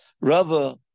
Rava